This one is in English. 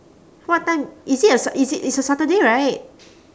what time is it a s~ is it it's a saturday right